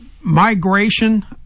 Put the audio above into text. migration